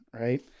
right